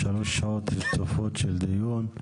שלוש שעות רצופות של דיון.